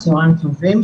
צהריים טובים,